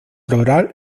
rural